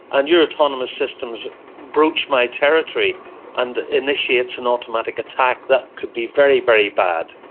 and your autonomous systems broach my territory and initiates an automatic attack, that could be very, very bad.